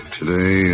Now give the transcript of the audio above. Today